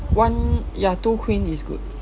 one ya two queen is good